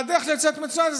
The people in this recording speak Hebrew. הדרך לצאת מהסיטואציה,